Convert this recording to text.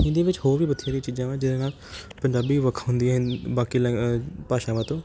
ਇਹਦੇ ਵਿੱਚ ਹੋਰ ਵੀ ਬਥੇਰੀਆਂ ਚੀਜ਼ਾਂ ਵਾ ਜਿਵੇਂ ਪੰਜਾਬੀ ਵੱਖ ਹੁੰਦੀ ਹੈ ਬਾਕੀ ਲੈਂਗ ਬਾਕੀ ਭਾਸ਼ਾਵਾਂ ਤੋਂ